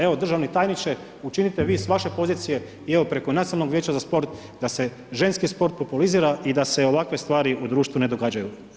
Evo, državni tajniče učinite vi s vaše pozicije i evo preko Nacionalnog vijeća za sport da se ženski populizira i da se ovakve stvari u društvu ne događaju.